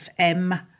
FM